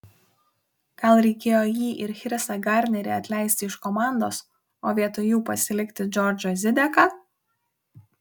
gal reikėjo jį ir chrisą garnerį atleisti iš komandos o vietoj jų pasilikti džordžą zideką